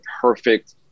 perfect